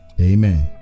amen